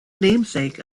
namesake